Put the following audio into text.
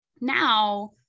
now